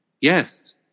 Yes